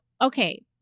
okay